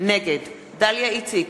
נגד דליה איציק,